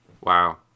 Wow